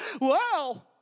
Wow